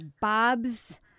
Bob's